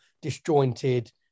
disjointed